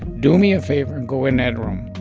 do me a favor, and go in that room.